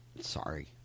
Sorry